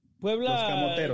Puebla